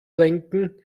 lenken